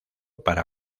para